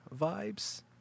vibes